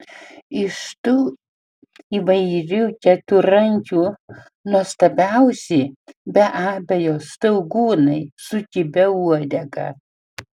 iš tų įvairių keturrankių nuostabiausi be abejo staugūnai su kibia uodega